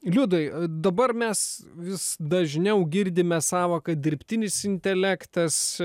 liudai dabar mes vis dažniau girdime sąvoką dirbtinis intelektas